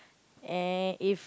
and if